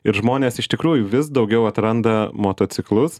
ir žmonės iš tikrųjų vis daugiau atranda motociklus